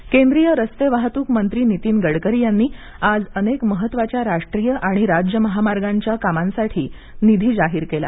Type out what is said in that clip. गडकरी केंद्रीय रस्ते वाहतूक मंत्री नितीन गडकरी यांनी आज अनेक महत्त्वाच्या राष्ट्रीय आणि राज्य महामार्गांच्या कामांसाठी निधी जाहीर केला